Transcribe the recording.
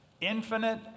Infinite